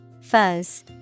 fuzz